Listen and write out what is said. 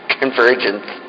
Convergence